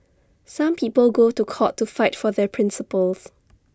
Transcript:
some people go to court to fight for their principles